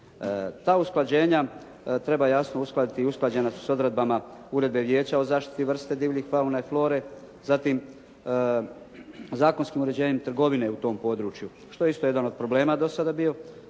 Ta usklađenja treba jasno uskladiti i usklađena su s odredbama Uredbe Vijeća o zaštiti vrste divljih fauna i flore zatim zakonskim uređenjem trgovine u tom području što je isto jedan od problema do sada bio,